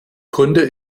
kunde